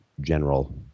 general